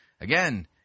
Again